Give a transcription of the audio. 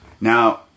Now